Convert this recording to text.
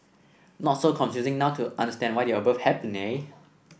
not so confusing now to understand why the above happened eh